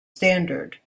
standard